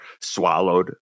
swallowed